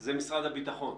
זה משרד הביטחון.